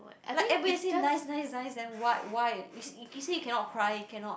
like everybody say nice nice nice then what what why he say cannot cry cannot